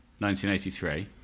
1983